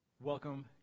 Welcome